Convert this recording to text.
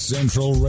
Central